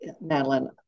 Madeline